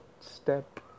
step